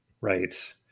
Right